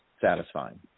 satisfying